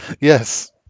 Yes